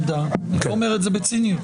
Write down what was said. אני לא אומר את זה בציניות.